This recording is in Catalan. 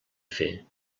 fer